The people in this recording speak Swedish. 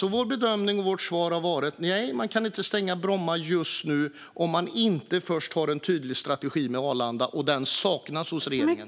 Vår bedömning och vårt svar har varit att man inte kan stänga Bromma just nu om man inte först har en tydlig strategi med Arlanda, och den saknas hos regeringen.